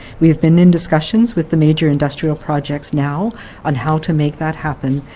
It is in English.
we have been in discussions with the major industrial projects now on how to make that happen,